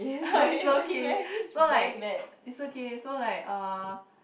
it's okay so like it's okay so like uh